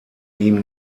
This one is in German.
ihm